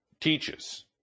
teaches